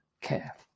care